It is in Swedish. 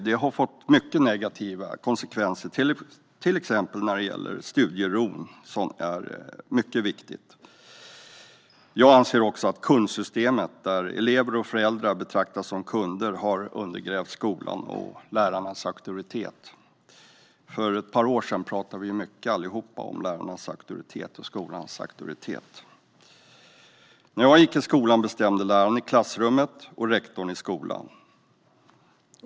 Det har fått mycket negativa konsekvenser, till exempel när det gäller studieron, som är mycket viktig. Jag anser också att kundsystemet, där elever och föräldrar betraktas som kunder, har undergrävt skolans och lärarnas auktoritet. För ett par år sedan talade vi allihop mycket om lärarnas och skolans auktoritet. När jag gick i skolan bestämde läraren i klassrummet och rektorn i skolan.